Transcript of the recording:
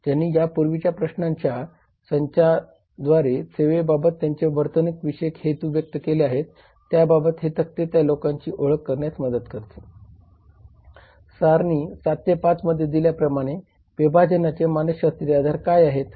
ज्यांनी यापूर्वीच्या प्रश्नांच्या संचाद्वारे सेवेबाबत त्यांचे वर्तनविषयक हेतू व्यक्त केले होते त्याबाबत हे तक्ते त्या लोकांची ओळख करण्यात मदत करतील सारणी 7 5 मध्ये दिल्याप्रमाणे विभाजनाचे मानसशास्त्रीय आधार काय आहेत